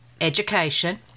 education